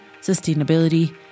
sustainability